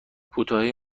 کوتاهی